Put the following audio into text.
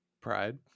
pride